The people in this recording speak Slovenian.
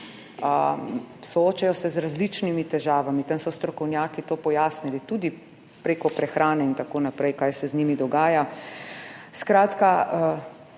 Soočajo se z različnimi težavami, tam so strokovnjaki to pojasnili, tudi prek prehrane in tako naprej, kaj se z njimi dogaja. Skratka,